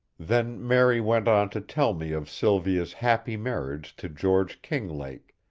then mary went on to tell me of sylvia's happy marriage to george kinglake,